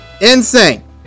insane